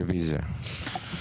רביזיה.